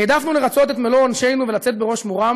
העדפנו לרצות את מלוא עונשנו ולצאת בראש מורם,